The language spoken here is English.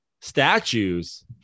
Statues